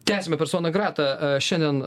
tęsime personą gratą šiandien